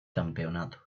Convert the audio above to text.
campeonato